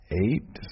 eight